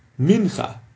mincha